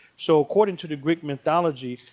so according to the greek mythology,